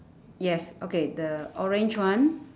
yes okay the orange one